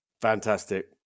Fantastic